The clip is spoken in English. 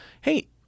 hey